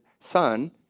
son